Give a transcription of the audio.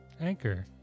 anchor